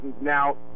now